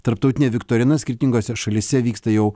tarptautinė viktorina skirtingose šalyse vyksta jau